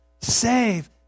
save